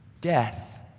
Death